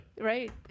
Right